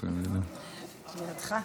לידך.